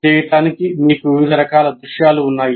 దీన్ని చేయడానికి మీకు వివిధ రకాల దృశ్యాలు ఉన్నాయి